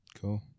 cool